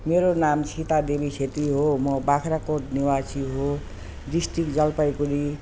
मेरो नाम सीता देवी छेत्री हो बाग्रागोट निवासी हो डिस्ट्रिक्ट जलपाइगुडी